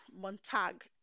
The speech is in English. Montag